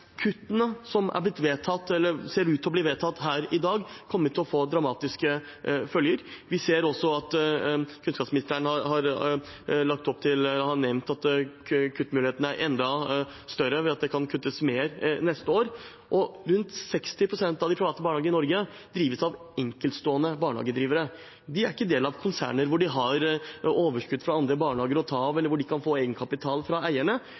Kuttene som ser ut til å bli vedtatt her i dag, kommer til å få dramatiske følger. Vi ser også at kunnskapsministeren har ment at kuttmulighetene er enda større, ved at det kan kuttes mer neste år. Rundt 60 pst. av de private barnehagene i Norge drives av enkeltstående barnehagedrivere. De er ikke en del av konserner hvor de har overskudd fra andre barnehager å ta av, eller hvor de kan få egenkapital fra eierne.